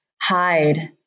hide